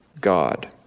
God